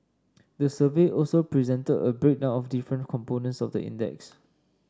the survey also presented a breakdown of different components of the index